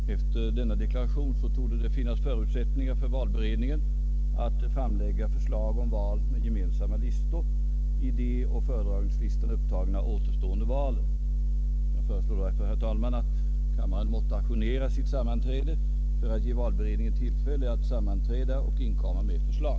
Herr talman! Efter denna deklaration torde det finnas förutsättningar för valberedningen att framlägga förslag om val med gemensamma listor i de å föredragningslistan upptagna återstående valen. Jag föreslår alltså, herr talman, att kammaren måtte ajournera sitt sammanträde för att ge valberedningen tillfälle att sammanträda och inkomma med förslag.